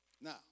Now